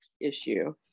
issue